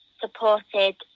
supported